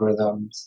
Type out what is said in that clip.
algorithms